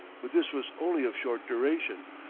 but this was only of short duration,